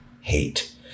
hate